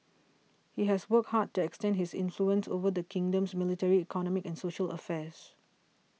he has worked hard to extend his influence over the kingdom's military economic and social affairs